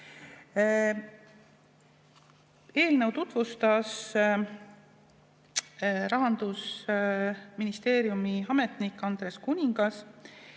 Eelnõu tutvustas Rahandusministeeriumi ametnik Andres Kuningas.